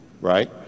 Right